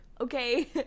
Okay